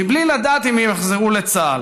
בלי לדעת אם הם יוחזרו לצה"ל.